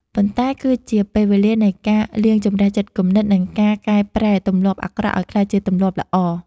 ប៉ុន្តែគឺជាពេលវេលានៃការលាងជម្រះចិត្តគំនិត និងការកែប្រែទម្លាប់អាក្រក់ឱ្យក្លាយជាទម្លាប់ល្អ។